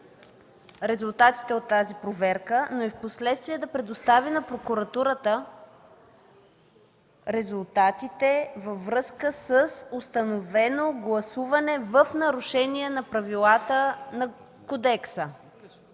резултатите от тази проверка, но и впоследствие да предостави на прокуратурата резултатите във връзка с установено гласуване в нарушение на правилата на кодекса?